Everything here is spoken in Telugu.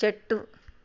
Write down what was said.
చెట్టు